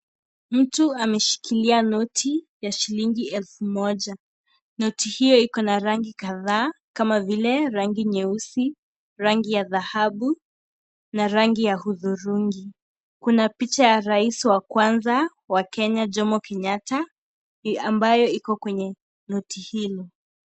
Mtu ameshikilia noti ya shilingi elfu moja. Noti hio iko na rangi kadhaa kama vile rangi nyeusi, rangi ya dhahabu na rangi ya hudhurungi. Kuna picha ya rais wa kwanza wa Kenya Jomo Kenyatta ambayo iko kwenye noti hii.